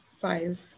five